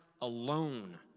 alone